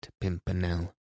Pimpernel